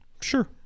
Sure